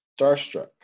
starstruck